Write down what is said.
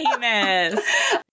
famous